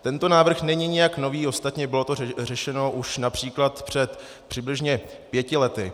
Tento návrh není nijak nový, ostatně bylo to řešeno už například před přibližně pěti lety.